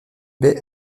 baie